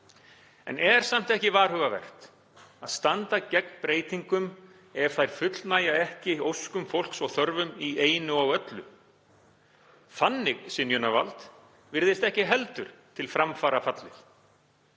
en er samt ekki varhugavert að standa gegn breytingum ef þær fullnægja ekki óskum fólks og þörfum í einu og öllu? Þannig synjunarvald virðist ekki heldur til framfara fallið,